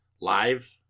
Live